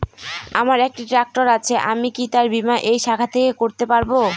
আমার একটি ট্র্যাক্টর আছে আমি কি তার বীমা এই শাখা থেকে করতে পারব?